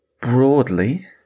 Broadly